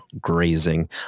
grazing